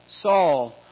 Saul